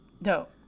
no